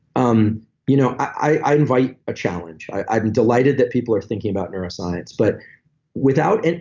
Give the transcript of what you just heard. um you know, i invite a challenge. i'm delighted that people are thinking about neuroscience, but without